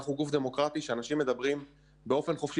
אנחנו גוף דמוקרטי שאנשים מדברים באופן חופשי,